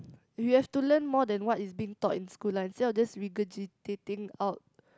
we have to learn more than what is being taught in school like instead of just regurgitating out